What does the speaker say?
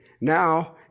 Now